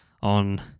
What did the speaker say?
on